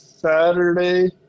saturday